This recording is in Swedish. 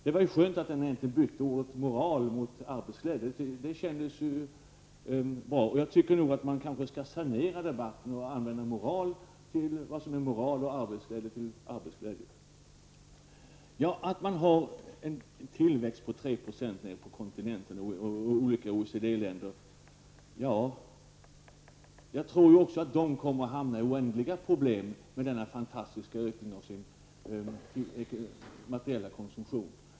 Det var ju skönt att Lars De Geer bytte ut ordet ''moral'' mot ordet ''arbetsglädje''; det känns bra. Jag tycker kanske att man skall sanera debatten och använda ''moral'' om vad som är moral och Lars De Geer sade att man har en tillväxt på 3 % på kontinenten och i OECD-länderna. Jag tror att också de kommer att hamna i oändliga problem med denna fantastiska ökning av sin materiella konsumtion.